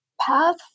path